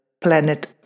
planet